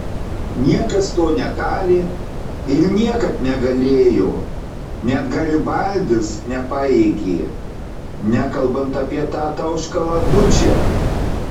niekas to negali ir niekad negalėjo net garibaldis nepajėgė nekalbant apie tą tauškalą dučę